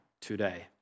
today